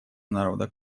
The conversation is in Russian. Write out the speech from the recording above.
народа